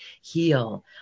heal